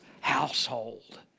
household